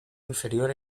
inferior